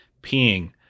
peeing